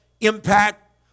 impact